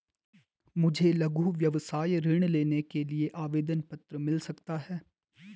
मुझे लघु व्यवसाय ऋण लेने के लिए आवेदन पत्र मिल सकता है?